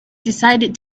decided